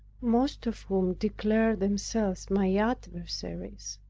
most of whom declared themselves my adversaries,